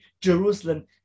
Jerusalem